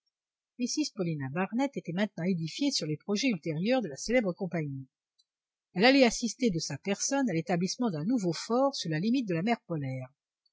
mrs pauline barnett était maintenant édifiée sur les projets ultérieurs de la célèbre compagnie elle allait assister de sa personne à l'établissement d'un nouveau fort sur la limite de la mer polaire